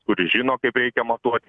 kuris žino kaip reikia matuoti